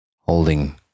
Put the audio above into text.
Holding